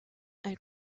elle